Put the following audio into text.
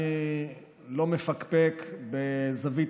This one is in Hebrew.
אני לא מפקפק בזווית,